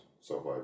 survive